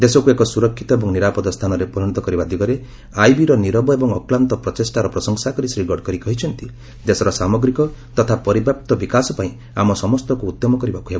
ଦେଶକୁ ଏକ ସୁରକ୍ଷିତ ଏବଂ ନିରାପଦ ସ୍ଥାନରେ ପରିଣତ କରିବା ଦିଗରେ ଆଇବି ର ନୀରବ ଏବଂ ଅକ୍ଲାନ୍ତ ପ୍ରଚେଷ୍ଠାର ପ୍ରଶଂସା କରି ଶ୍ରୀ ଗଡ଼କରି କହିଚ୍ଚନ୍ତି ଦେଶର ସାମଗ୍ରୀକ ତଥା ପରିବ୍ୟାପ୍ତ ବିକାଶ ପାଇଁ ଆମ ସମସ୍ତଙ୍କୁ ଉଦ୍ୟମ କରିବାକୁ ହେବ